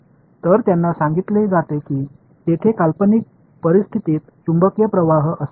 तर त्यांना सांगितले जाते की तेथे काल्पनिक परिस्थितीत चुंबकीय प्रवाह असेल का